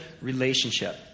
relationship